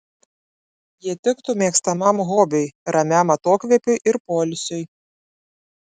ji tiktų mėgstamam hobiui ramiam atokvėpiui ir poilsiui